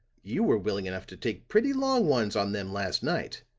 you were willing enough to take pretty long ones on them last night.